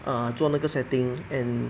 err 做那个 setting and